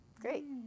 Great